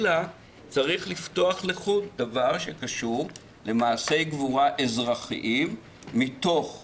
אלא צריך לפתוח לחוד דבר שקשור למעשי גבורה אזרחיים מתוך עבודתך,